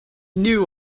knew